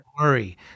worry